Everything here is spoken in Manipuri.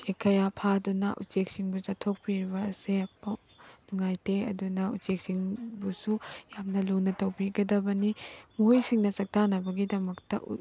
ꯎꯆꯦꯛ ꯀꯌꯥ ꯐꯥꯗꯨꯅ ꯎꯆꯦꯛꯁꯤꯡꯕꯨ ꯆꯥꯊꯣꯛꯄꯤꯔꯤꯕ ꯑꯁꯦ ꯅꯨꯉꯥꯏꯇꯦ ꯑꯗꯨꯅ ꯎꯆꯦꯛꯁꯤꯡꯕꯨꯁꯨ ꯌꯥꯝꯅ ꯂꯨꯅ ꯇꯧꯕꯤꯒꯗꯕꯅꯤ ꯃꯈꯣꯏꯁꯤꯡꯅ ꯆꯥꯛꯇꯥꯅꯕꯒꯤꯗꯃꯛꯇ